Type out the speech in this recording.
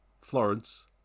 Florence